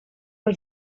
els